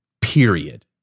Period